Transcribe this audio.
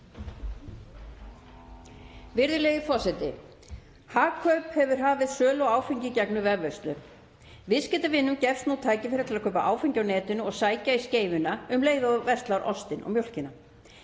Virðulegi forseti. Hagkaup hafa hafið sölu á áfengi í gegnum vefverslun. Viðskiptavinum gefst nú tækifæri til að kaupa áfengi á netinu og sækja í Skeifuna um leið og þeir kaupa ostinn og mjólkina,